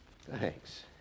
Thanks